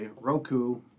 roku